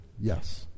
Yes